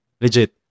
Legit